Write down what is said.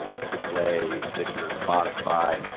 ah google play, stitcher, spotify.